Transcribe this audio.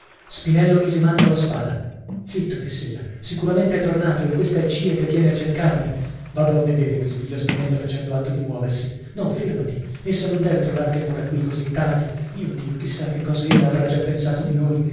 spinello mise mano alla spada zitto diss'ella sicuramente è tornato e questa è cia che viene a cercarmi vado a vedere bisbigliò spinello facendo atto di muoversi no fèrmati essa non deve trovarti ancora qui così tardi mio dio chi sa che cosa ella avrà già pensato di noi